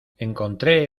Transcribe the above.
encontré